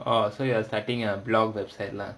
oh so you're starting a blog website lah